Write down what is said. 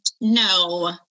no